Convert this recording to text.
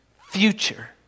future